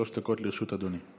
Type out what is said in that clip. שלוש דקות לרשות אדוני.